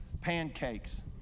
pancakes